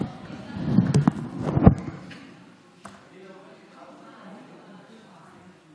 אני שומע ללב שלי.